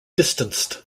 distanced